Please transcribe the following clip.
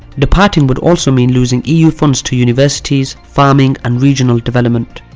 departing would also mean losing eu funds to universities, farming, and regional development.